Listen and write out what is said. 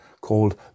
called